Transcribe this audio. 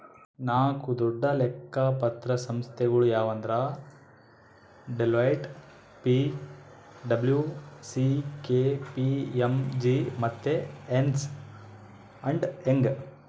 ನಾಕು ದೊಡ್ಡ ಲೆಕ್ಕ ಪತ್ರ ಸಂಸ್ಥೆಗುಳು ಯಾವಂದ್ರ ಡೆಲೋಯ್ಟ್, ಪಿ.ಡಬ್ಲೂ.ಸಿ.ಕೆ.ಪಿ.ಎಮ್.ಜಿ ಮತ್ತೆ ಎರ್ನ್ಸ್ ಅಂಡ್ ಯಂಗ್